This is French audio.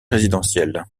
résidentiel